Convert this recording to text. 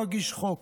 לא אגיש חוק.